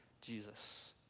Jesus